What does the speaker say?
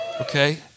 Okay